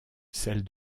celle